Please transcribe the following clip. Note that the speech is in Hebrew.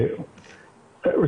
לאחר מכן נסכם את הדיון.